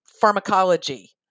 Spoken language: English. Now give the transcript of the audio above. pharmacology